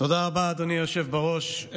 תודה רבה, אדוני היושב בראש.